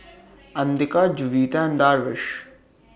Andika Juwita and Darwish